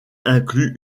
inclut